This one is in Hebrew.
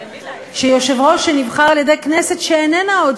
שיושב-ראש שנבחר על-ידי כנסת שאיננה עוד,